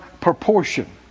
proportion